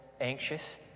anxious